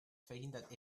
verhindert